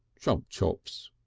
chump chops!